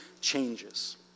changes